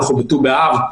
אנחנו בט"ו באב.